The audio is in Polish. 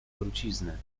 trucizny